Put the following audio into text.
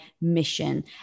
mission